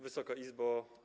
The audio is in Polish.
Wysoka Izbo!